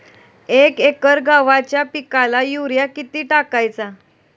एक एकर गव्हाच्या पिकाला युरिया किती टाकायचा?